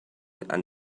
and